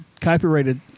copyrighted